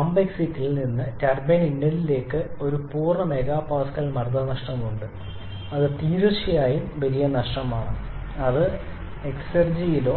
pump എക്സിറ്റിൽ നിന്ന് turbine ഇൻലെറ്റിലേക്ക് ഒരു പൂർണ്ണ മെഗാ പാസ്കൽ മർദ്ദനഷ്ടം ഉണ്ട് ഇത് തീർച്ചയായും വലിയ നഷ്ടമാണ് അത് എക്സ്ർജിലോ